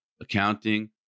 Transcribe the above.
accounting